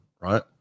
right